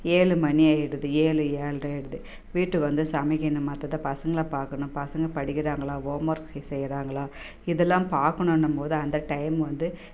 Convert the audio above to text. ஏழு மணி ஆகிடுது ஏழு ஏழரை ஆகிடுது வீட்டுக்கு வந்து சமைக்கணும் மற்றத பசங்களை பார்க்கணும் பசங்க படிக்கிறாங்களா ஹோம் ஒர்க் செய்கிறாங்களா இதல்லாம் பார்க்கணுன்னும் போது அந்த டைம் வந்து